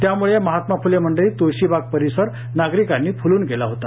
त्यामुळे महात्मा फुले मंडई तुळशीबाग परिसर नागरिकांनी फुलून गेला होता